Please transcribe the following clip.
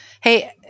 Hey